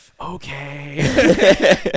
okay